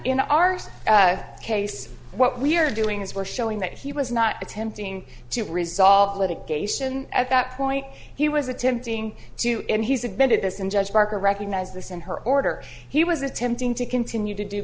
in our case what we're doing is we're showing that he was not attempting to resolve litigation at that point he was attempting to and he's admitted this in judge parker recognize this in her order he was attempting to continue to do